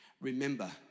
Remember